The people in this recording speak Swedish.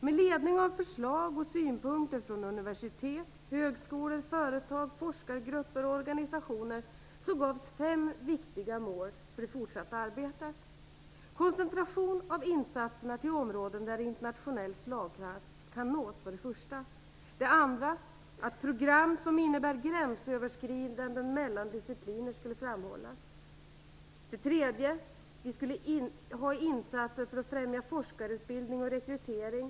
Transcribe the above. Med ledning av förslag och synpunkter från universitet, högskolor, företag, forskargrupper och organisationer sattes fem viktiga mål för det fortsatta arbetet. För det första: Det skulle ske en koncentration av insatserna där internationell slagkraft kan nås. För det andra: Program som innebär gränsöverskridanden mellan discipliner skulle framhållas. För det tredje: Vi skulle ha insatser för att främja forskarutbildning och rekrytering.